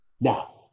Now